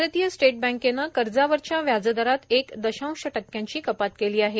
भारतीय स्टेट बँकेनं कर्जावरच्या व्याजदरात एक दशांश टक्क्यांची कपात केली आहे